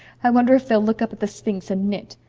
i wonder if they'll look up at the sphinx and knit,